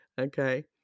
okay